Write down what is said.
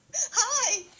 Hi